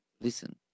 listen